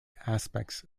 aspects